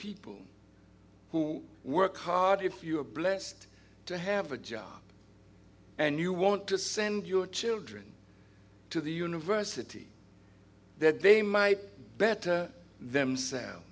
people who work hard if you are blessed to have a job and you want to send your children to the university that they might better themselves